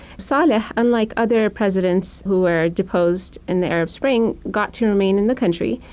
saleh, unlike other presidents who were deposed in the arab spring, got to remain in the country.